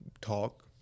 talk